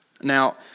Now